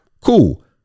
cool